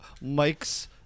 mike's